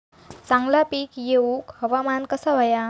चांगला पीक येऊक हवामान कसा होया?